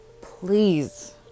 please